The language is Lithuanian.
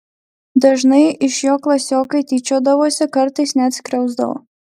dažnai iš jo klasiokai tyčiodavosi kartais net skriausdavo